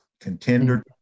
contender